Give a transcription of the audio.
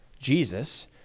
Jesus